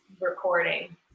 recording